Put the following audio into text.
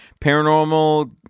paranormal